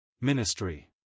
Ministry